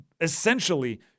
essentially